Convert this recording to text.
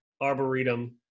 Arboretum